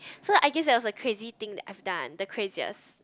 so I guess that was the crazy thing that I've done the craziest